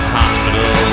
hospital